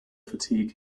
fatigue